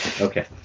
Okay